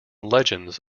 legends